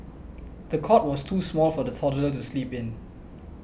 the cot was too small for the toddler to sleep in